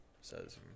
says